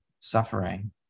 suffering